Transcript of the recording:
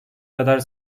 kadar